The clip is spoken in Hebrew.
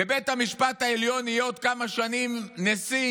בבית המשפט העליון יהיה עוד כמה שנים נשיא